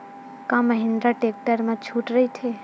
का महिंद्रा टेक्टर मा छुट राइथे?